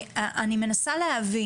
אני מנסה להבין,